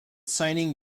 signing